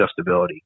adjustability